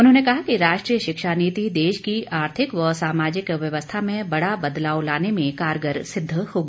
उन्होंने कहा कि राष्ट्रीय शिक्षा नीति देश की आर्थिक व सामाजिक व्यवस्था में बड़ा बदलाव लाने में कारगर सिद्द होगी